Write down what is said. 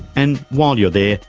and while you're there,